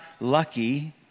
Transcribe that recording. lucky